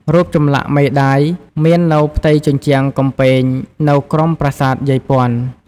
រូបចម្លាក់មេដាយ មាននៅផ្ទៃជញ្ជាំងកំពែងនៅក្រុមប្រាសាទយាយព័ន្ធ។